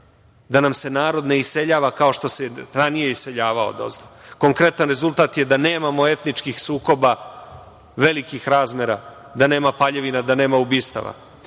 da nam se narod ne iseljava kao što se ranije iseljavao odozdo. Konkretan rezultat je da nemamo etničkih sukoba velikih razmera, da nema paljevina, da nema ubistava.